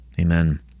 Amen